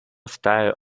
style